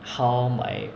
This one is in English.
how my